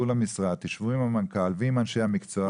למשרד, תשבו עם המנכ"ל ועם אנשי המקצוע.